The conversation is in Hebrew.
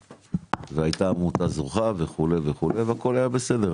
והייתה עמותה זוכה וכו' וכו' והכל היה בסדר,